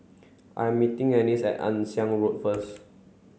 I'm meeting Annice at Ann Siang Road first